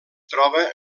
troba